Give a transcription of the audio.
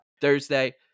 Thursday